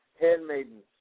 handmaidens